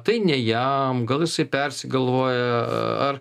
tai ne jam gal jisai persigalvoja ar